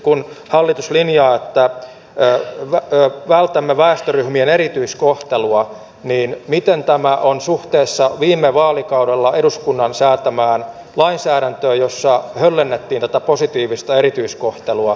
kun hallitus linjaa että vältämme väestöryhmien erityiskohtelua niin miten tämä on suhteessa viime vaalikaudella eduskunnan säätämään lainsäädäntöön jossa höllennettiin tätä positiivista erityiskohtelua